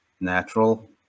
natural